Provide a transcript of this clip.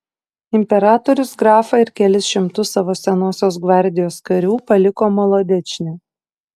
imperatorius grafą ir kelis šimtus savo senosios gvardijos karių paliko molodečne